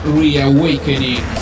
reawakening